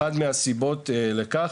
אחת מהסיבות לכך,